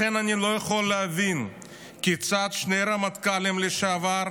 לכן אני לא יכול להבין כיצד שני רמטכ"לים לשעבר,